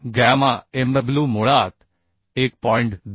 gamma mw मुळात 1